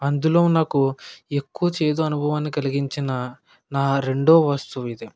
అందులో నాకు ఎక్కువ చేదు అనుభవాన్ని కలిగించిన నా రెండో వస్తువిది